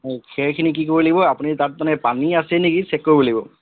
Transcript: এই খেৰখিনি কি কৰিব লাগিব আপুনি তাত মানে পানী আছে নেকি চেক কৰিব লাগিব